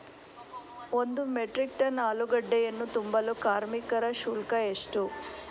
ಒಂದು metric ton ಆಲೂಗೆಡ್ಡೆಯನ್ನು ತುಂಬಲು ಕಾರ್ಮಿಕರ ಶುಲ್ಕ ಎಷ್ಟು?